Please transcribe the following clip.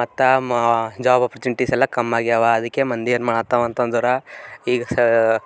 ಮತ್ತು ಮ job opportunities ಎಲ್ಲ ಕಮ್ ಆಗ್ಯಾವ ಅದಕ್ಕೆ ಮಂದಿ ಏನು ಮಾಡತ್ತವ ಅಂತಂದ್ರೆ ಈಗ ಸ